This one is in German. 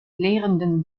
lehrenden